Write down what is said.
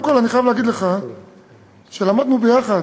קודם כול, אני חייב להגיד לך שלמדנו יחד,